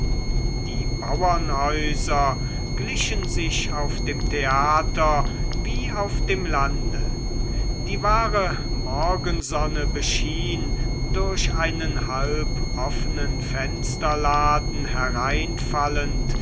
die bauernhäuser glichen sich auf dem theater wie auf dem lande die wahre morgensonne beschien durch einen halb offenen fensterladen hereinfallend